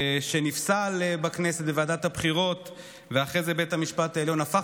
שנפסל בכנסת בוועדת הבחירות ואחרי זה בית המשפט העליון הפך